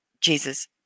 Jesus